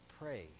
pray